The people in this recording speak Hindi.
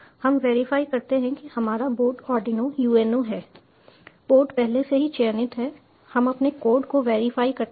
हम वेरीफाई करते हैं कि हमारा बोर्ड आर्डिनो UNO है पोर्ट पहले से ही चयनित है हम अपने कोड को वेरीफाई करते हैं